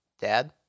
dad